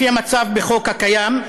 לפי המצב בחוק הקיים,